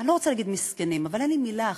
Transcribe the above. אני לא רוצה להגיד מסכנים, אבל אין לי מילה אחרת,